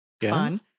Fun